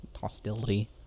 hostility